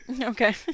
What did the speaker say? okay